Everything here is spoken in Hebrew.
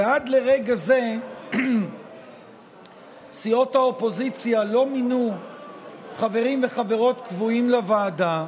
ועד לרגע זה סיעות האופוזיציה לא מינו חברים וחברות קבועים לוועדה,